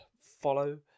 follow